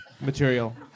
Material